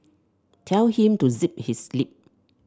tell him to zip his lip